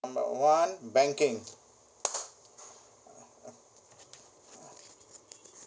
number one banking